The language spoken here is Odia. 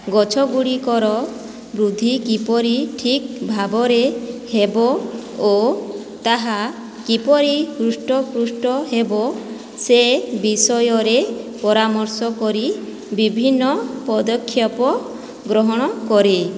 ଗଛଗୁଡ଼ିକର ବୃଦ୍ଧି କିପରି ଠିକ୍ ଭାବରେ ହେବ ଓ ତାହା କିପରି ହୃଷ୍ଟପୁଷ୍ଟ ହେବ ସେ ବିଷୟରେ ପରାମର୍ଶ କରି ବିଭିନ୍ନ ପଦକ୍ଷେପ ଗ୍ରହଣ କରେ